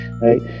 right